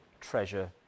treasure